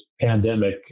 pandemic